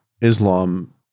Islam